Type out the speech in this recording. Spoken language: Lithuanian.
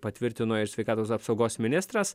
patvirtino ir sveikatos apsaugos ministras